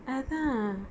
அதான்:athaan